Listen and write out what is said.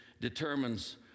determines